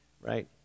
right